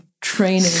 Training